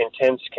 intense